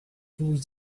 through